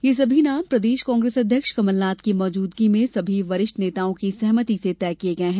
ये सभी नाम प्रदेश कांग्रेस अध्यक्ष कमलनाथ की मौजूदगी में सभी वरिष्ठ नेताओं की सहमति से तय किए गए हैं